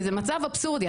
זה מצב אבסורדי.